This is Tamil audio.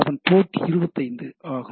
அதன் போர்ட் 25 ஆகும்